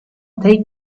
take